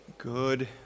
Good